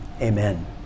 Amen